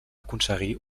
aconseguir